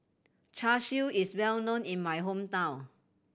Char Siu is well known in my hometown